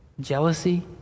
Jealousy